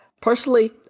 Personally